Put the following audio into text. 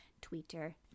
Twitter